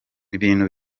ibintu